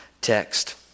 text